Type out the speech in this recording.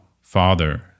father